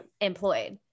employed